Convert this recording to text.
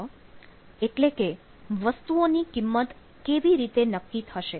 એટલે કે વસ્તુઓની કિંમત કેવી રીતે નક્કી થશે